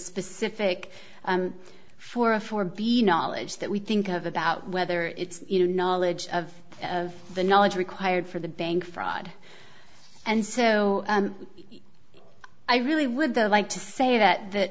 specific for a for b knowledge that we think of about whether it's you know knowledge of of the knowledge required for the bank fraud and so i really would the like to say that that